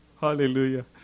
Hallelujah